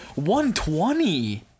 120